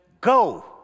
go